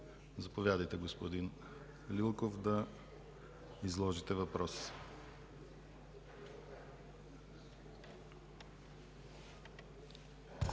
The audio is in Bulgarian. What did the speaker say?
Заповядайте, господин Лилков, да изложите въпроса.